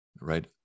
right